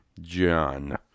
John